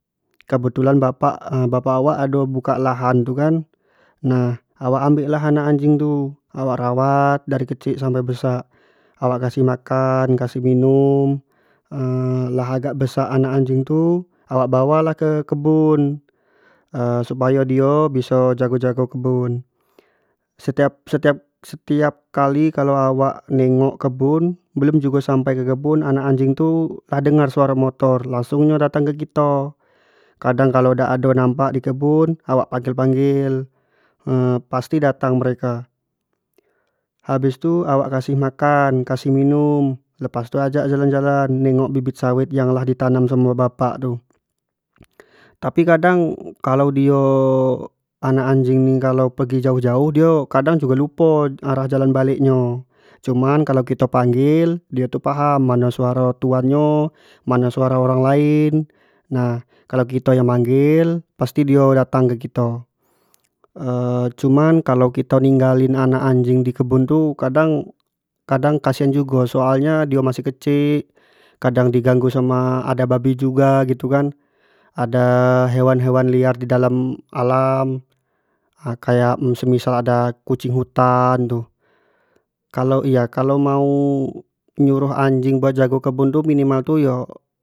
Kebetulan bapak bapak awak ado buka lahan tu kan nah awak ambek lah anak njing tu awak rawat dari kecik sampe besak awak kasih makan kasih minum lah agak besak an anak anjing tu awak bawa lah ke kebun supayo dio biso jago-jago kebun, setiap-setiap-setiap kali kalua awak tengok kebun belum jugo sampai ke kebun anak anjing tu tedengar suaro motor langsung nyo datang ke kito, kadang kalau dak ado nampak di kebun awak panggil-panggil pasti datang mereko, habis tu awak kaish makan kasih minum lepas tu kito ajak jalan-jalan nengok bibit sawit yang lah ditanam samo bapak tu, tapi kadang kalau dio anak anjing kalua pergi jauh-juuh tu kadang jugo lupo arah jalan balek nyo cuman kalo kito panggil dio tu paham mano suaro tuannyo mano uaro orang lain, nah kalo yang manggil pasti dio datang ke kito cuman kalua kito ninggalin anak njing dikebun tu kadang-kadang kasihan jugo soal nyo dio masih kecik, kadang di ganggu sama ado babi juga gitu kan, ada hewan-hewan liar di dalam alam nah kayak mis-missal-misalkan ada kucing hutan, kalua iya, kalau mau nyuruh anjing bejago kebun tu minimal tu yo.